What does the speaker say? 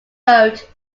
road